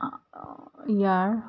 ইয়াৰ